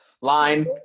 line